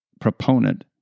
proponent